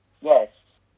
Yes